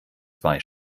zwei